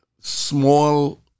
small